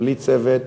בלי צוות,